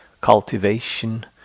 cultivation